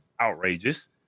outrageous